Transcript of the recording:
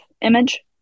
image